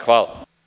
Hvala.